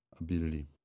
ability